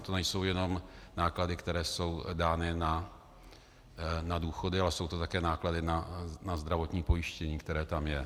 To nejsou jenom náklady, které jsou dány na důchody, ale jsou to také náklady na zdravotní pojištění, které tam je.